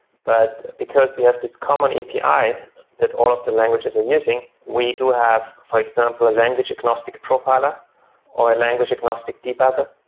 but because we have this common api that all of the languages are using. we do have, for example, a language agnostic profiler or a language agnostic debugger,